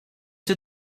did